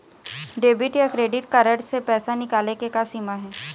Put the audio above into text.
Debit या credit card से पैसा निकाले के का सीमा हे?